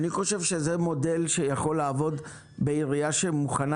אני חושב שזה מודל שיכול לעבוד בעירייה שמוכנה